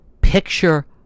Picture